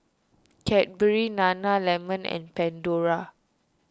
Cadbury Nana Lemon and Pandora